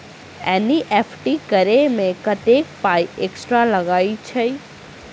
NEFT करऽ मे कत्तेक पाई एक्स्ट्रा लागई छई?